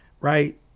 right